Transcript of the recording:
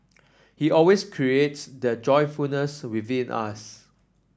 he always creates that joyfulness within us